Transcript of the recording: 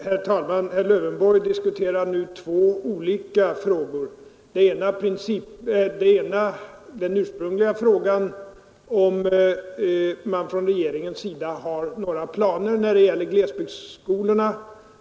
Herr talman! Herr Lövenborg diskuterar nu två olika frågor. Den ena och den ursprungliga frågan gäller om regeringen har några planer på ett statsstöd till glesbygdsskolorna.